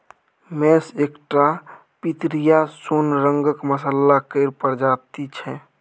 मेस एकटा पितरिया सोन रंगक मसल्ला केर प्रजाति छै